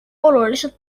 oluliselt